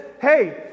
hey